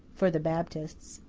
for the baptists.